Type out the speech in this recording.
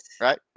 Right